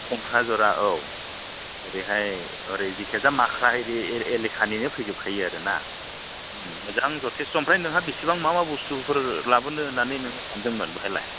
खुंख्राजरा औ हरैहाय ओरै जिखिजाया माख्रा एरि एलेखानिनो फैजोबखायो आरोना मोजां जथेसस्थ' ओमफ्राय नोंहा बेसेबां मा मा बुस्थुफोर लाबोनो होन्नानै नों सानदोंमोन बेवहायलाय